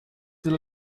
dil